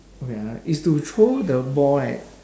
wait ah is to throw the ball right